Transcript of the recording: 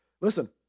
Listen